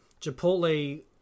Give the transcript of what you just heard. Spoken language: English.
Chipotle